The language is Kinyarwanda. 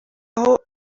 aho